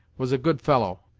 was a good fellow,